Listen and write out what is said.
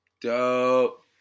Dope